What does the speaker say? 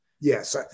Yes